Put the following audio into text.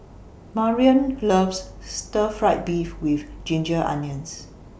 Marrion loves Stir Fried Beef with Ginger Onions